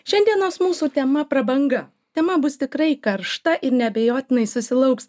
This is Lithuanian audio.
šiandienos mūsų tema prabanga tema bus tikrai karšta ir neabejotinai susilauks